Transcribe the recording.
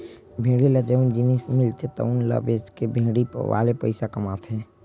भेड़ी ले जउन भी जिनिस मिलथे तउन ल बेचके भेड़ी वाले पइसा कमाथे